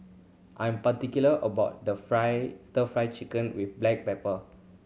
I am particular about the fry Stir Fry Chicken with black pepper